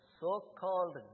so-called